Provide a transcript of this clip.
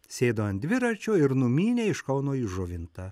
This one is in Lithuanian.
sėdo ant dviračio ir numynė iš kauno į žuvintą